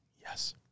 Yes